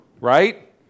Right